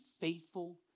faithful